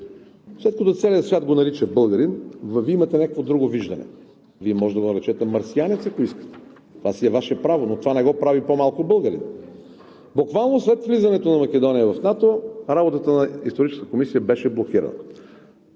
след като целият свят го нарича българин, ама Вие имате някакво друго виждане. Вие можете да го наречете марсианец, ако искате, това си е Ваше право, но това не го прави по-малко българин. Буквално след влизането на Македония в НАТО, работата на Историческата комисия беше блокирана.